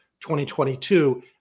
2022